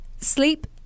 Sleep